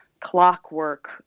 clockwork